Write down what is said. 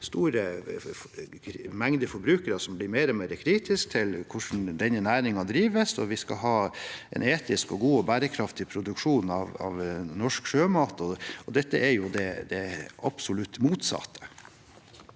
stor mengde forbrukere som blir mer og mer kritiske til hvordan denne næringen drives. Vi skal ha en etisk, god og bærekraftig produksjon av norsk sjømat, og dette er det absolutt motsatte.